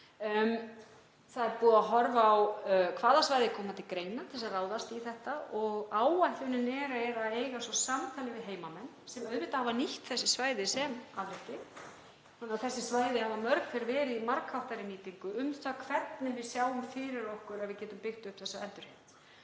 Það er búið að horfa á hvaða svæði koma til greina til að ráðast í þetta og áætlunin er að eiga svo samtal við heimamenn, sem auðvitað hafa nýtt þessi svæði sem afrétti þannig að þessi svæði hafa mörg hver verið í margháttaðri nýtingu, um það hvernig við sjáum fyrir okkur að við getum byggt upp þessa endurheimt.